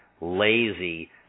lazy